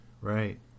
Right